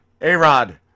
A-Rod